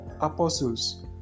apostles